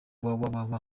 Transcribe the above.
www